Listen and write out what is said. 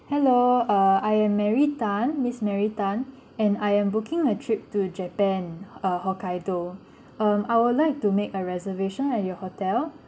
hello uh I am mary tan miss mary tan and I am booking a trip to japan uh hokkaido um I would like to make a reservation at your hotel